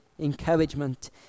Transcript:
encouragement